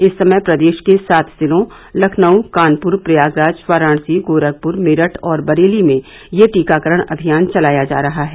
इस समय प्रदेश के सात जिलों लखनऊ कानपुर प्रयागराज वाराणसी गोरखपुर मेरठ और बरेली में यह टीकाकरण अभियान चलाया जा रहा है